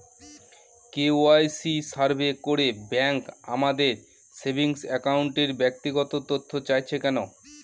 KYC survey করে bank আমাদের saving অ্যাকাউন্টের ব্যক্তিগত তথ্য চাইছে কেন?